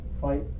fight